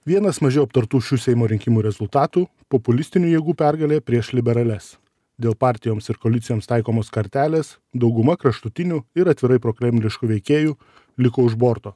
vienas mažiau aptartų šių seimo rinkimų rezultatų populistinių jėgų pergalė prieš liberalias dėl partijoms ir koalicijoms taikomos kartelės dauguma kraštutinių ir atvirai prokremliškų veikėjų liko už borto